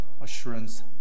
assurance